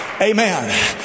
amen